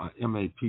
MAP